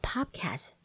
Podcast